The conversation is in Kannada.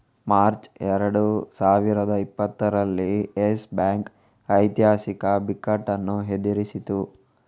ಮಾರ್ಚ್ ಎರಡು ಸಾವಿರದ ಇಪ್ಪತ್ತರಲ್ಲಿ ಯೆಸ್ ಬ್ಯಾಂಕ್ ಐತಿಹಾಸಿಕ ಬಿಕ್ಕಟ್ಟನ್ನು ಎದುರಿಸಿತು